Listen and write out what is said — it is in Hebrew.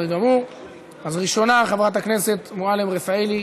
ראשונה, חברת הכנסת מועלם-רפאלי.